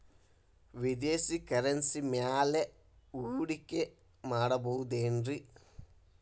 ವಿದೇಶಿ ಕರೆನ್ಸಿ ಮ್ಯಾಲೆ ಹೂಡಿಕೆ ಮಾಡಬಹುದೇನ್ರಿ?